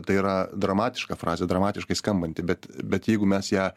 tai yra dramatiška frazė dramatiškai skambanti bet bet jeigu mes ją